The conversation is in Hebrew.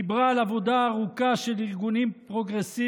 דיברה על עבודה ארוכה של ארגונים פרוגרסיביים